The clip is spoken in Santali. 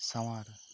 ᱥᱟᱶᱟᱨ